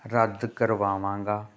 ਰੱਦ ਕਰਵਾਵਾਂਗਾ